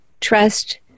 trust